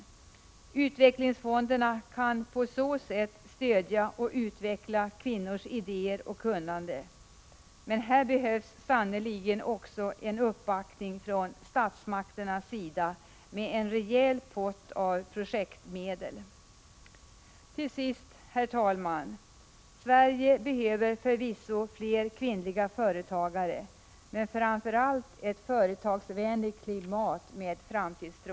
Utvecklingsfonderna kan på så sätt stödja och utveckla kvinnors idéer och kunnande. Men här behövs det sannerligen också en uppbackning från statsmakternas sida med en rejäl pott av projektmedel. Till sist, herr talman: Sverige behöver förvisso fler kvinnliga företagare men framför allt ett företagsvänligt klimat som ger framtidstro.